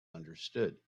understood